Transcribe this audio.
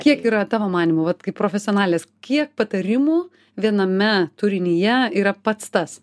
kiek yra tavo manymu vat kaip profesionalės kiek patarimų viename turinyje yra pats tas